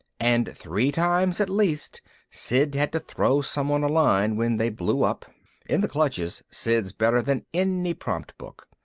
and three times at least sid had to throw someone a line when they blew up in the clutches sid's better than any prompt book.